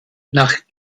nach